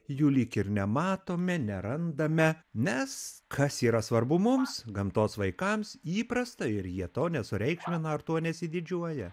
jų lyg ir nematome nerandame nes kas yra svarbu mums gamtos vaikams įprasta ir jie to nesureikšmina ar tuo nesididžiuoja